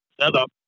setup